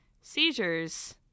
seizures